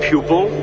pupil